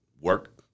work